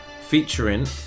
featuring